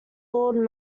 lord